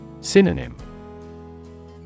Synonym